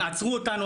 עצרו אותנו,